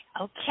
Okay